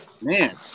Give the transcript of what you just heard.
man